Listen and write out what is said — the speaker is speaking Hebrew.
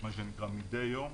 מה שנקרא מדי יום.